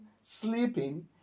sleeping